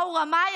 מהו רמאי?